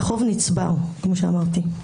והחוב נצבר, כמו שאמרתי.